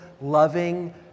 loving